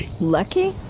Lucky